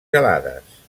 gelades